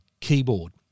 keyboard